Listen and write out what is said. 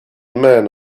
men